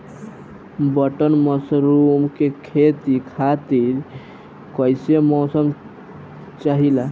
Button mushroom के खेती खातिर कईसे मौसम चाहिला?